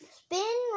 spin